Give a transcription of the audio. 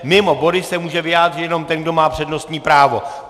Mimo body se může vyjádřit jenom ten, kdo má přednostní právo.